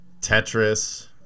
Tetris